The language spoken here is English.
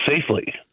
safely